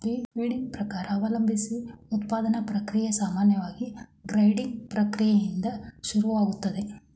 feed ಪ್ರಕಾರ ಅವಲಂಬ್ಸಿ ಉತ್ಪಾದನಾ ಪ್ರಕ್ರಿಯೆ ಸಾಮಾನ್ಯವಾಗಿ ಗ್ರೈಂಡಿಂಗ್ ಪ್ರಕ್ರಿಯೆಯಿಂದ ಶುರುವಾಗ್ತದೆ